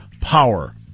power